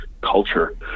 culture